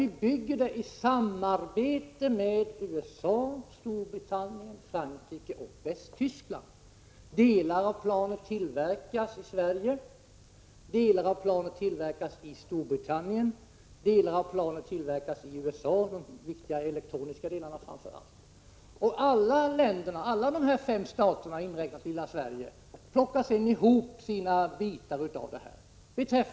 Vi bygger JAS i samarbete med USA, Storbritannien, Frankrike och Västtyskland. Delar av planet tillverkas i Sverige, andra delar tillverkas i Storbritannien, vissa delar tillverkas i USA — framför allt de viktiga elektroniska delarna. Alla dessa fem stater, lilla Sverige inräknat, plockar sedan ihop sina bitar.